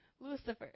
Lucifer